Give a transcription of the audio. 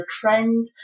trend